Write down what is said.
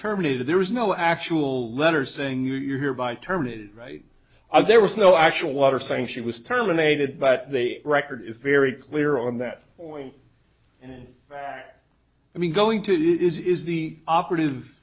terminated there was no actual letter saying you are hereby terminated right now there was no actual water saying she was terminated but they record is very clear on that point and i mean going to is is the operative